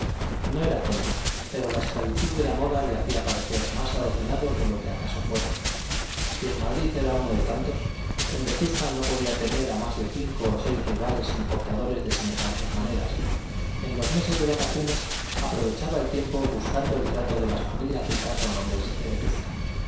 no era tonto pero la esclavitud de la moda le hacía parecer más adocenado de lo que acaso fuera si en madrid era uno de tantos en vetusta no podía temer a más de cinco o seis rivales importadores de semejantes maneras en los meses de vacaciones aprovechaba el tiempo buscando el trato de las familias ricas o nobles de vetusta